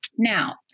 Now